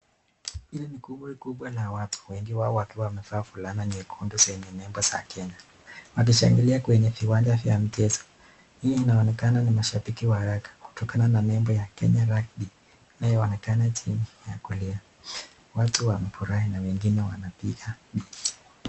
Hili ni kundi kubwa ya watu wengi wao wakiwa wamevaa fulana nyekundu zenye nembo za kenya. Wakishangilia kwenye viwanja vya mchezo, hii inaonekana ni mashabiki wa rugby kutokana ma nembo ya Kenyan Rugby inaoyoonekana chini ya kulia. Wengi wamefurahi na wengine wanapiga binja.